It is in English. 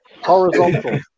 Horizontal